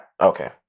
okay